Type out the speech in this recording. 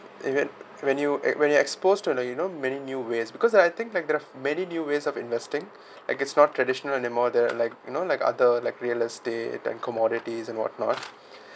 when e~ when you when you exposed to like you know many new ways because I think that there are many new ways of investing like it's not traditional anymore they're like you know like other like real estate then commodities and what not